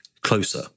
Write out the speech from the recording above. closer